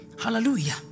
Hallelujah